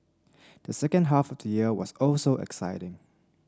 the second half of the year was also exciting